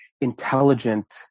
intelligent